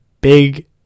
big